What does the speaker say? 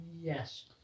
Yes